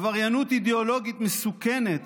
החוק הפך, לפיצול של השמאל,